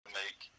make